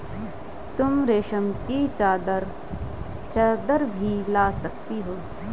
तुम रेशम की चद्दर भी ला सकती हो